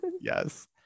yes